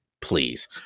Please